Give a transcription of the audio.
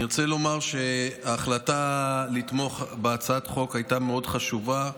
אני רוצה לומר שההחלטה לתמוך בהצעת החוק הייתה מאוד חשובה,